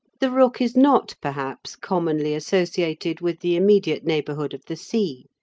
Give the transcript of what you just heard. the rook is not, perhaps, commonly associated with the immediate neighbourhood of the sea,